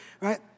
right